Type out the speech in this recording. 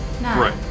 Right